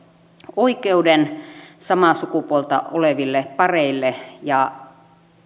oikeuden samaa sukupuolta oleville pareille ja